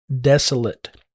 Desolate